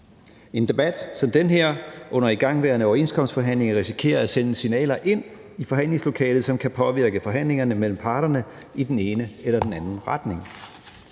En debat som den her under igangværende overenskomstforhandlinger risikerer at sende signaler ind i forhandlingslokalet, som kan påvirke forhandlingerne mellem parterne i den ene eller den anden retning.